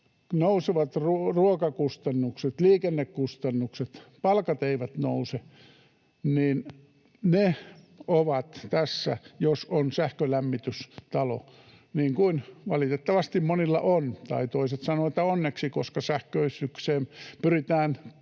nousevat ruokakustannukset, liikennekustannukset, palkat eivät nouse, ovat näitä, jos on sähkölämmitystalo, niin kuin valitettavasti monilla on — tai toiset sanovat, että onneksi, koska sähköistykseen pyritään